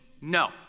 no